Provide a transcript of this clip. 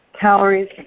calories